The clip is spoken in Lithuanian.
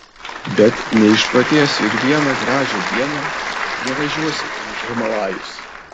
bet neišprotėsiu ir vieną gražią dieną nevažiuosiu į himalajus